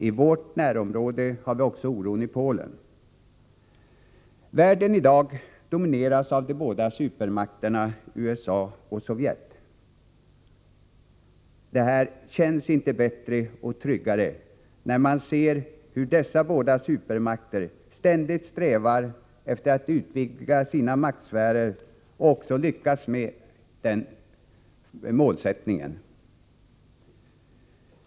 I vårt närområde har vi också oron i Polen. Världen domineras i dag av de båda supermakterna USA och Sovjet. Det känns inte bättre och tryggare, när man ser hur dessa båda supermakter ständigt strävar efter att utvidga sina maktsfärer — och också lyckas med detta.